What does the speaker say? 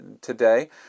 today